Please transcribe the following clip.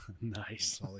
Nice